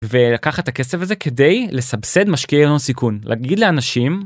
ולקחת את הכסף הזה כדי לסבסד משקיעי הון סיכון. להגיד לאנשים